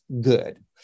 good